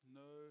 no